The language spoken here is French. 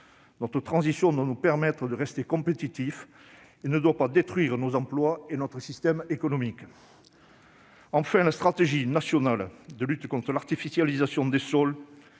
Notre transition doit nous permettre de rester compétitifs : elle ne doit pas détruire nos emplois et notre système économique. Très bien ! Enfin, la stratégie nationale de lutte contre l'artificialisation des sols